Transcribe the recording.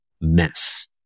mess